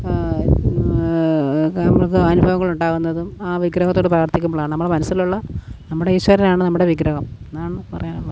നമുക്ക് അനുഭവങ്ങൾ ഉണ്ടാകുന്നതും ആ വിഗ്രഹത്തോടു പ്രാർത്ഥിക്കുമ്പോളാണ് നമ്മുടെ മനസ്സിലുള്ള നമ്മുടെ ഈശ്വരനാണ് നമ്മുടെ വിഗ്രഹം എന്നാണ് പറയാറുള്ളത്